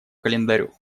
календарю